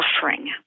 suffering